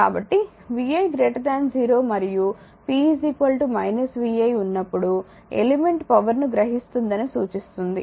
కాబట్టి vi 0 మరియు p vi ఉన్నప్పుడు ఎలిమెంట్ పవర్ ను గ్రహిస్తుందని సూచిస్తుంది